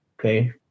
okay